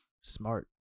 Smart